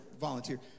volunteer